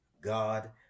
God